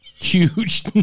huge